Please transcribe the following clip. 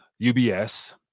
UBS